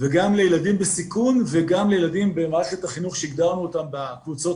וגם לילדים בסיכון וגם לילדים במערכת החינוך שהגדרנו אותם בקבוצות